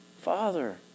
Father